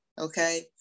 Okay